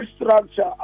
structure